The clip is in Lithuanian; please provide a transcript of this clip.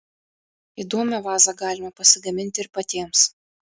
įdomią vazą galima pasigaminti ir patiems